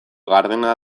gardena